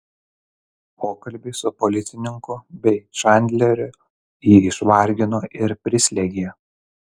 pokalbiai su policininku bei čandleriu jį išvargino ir prislėgė